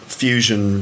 fusion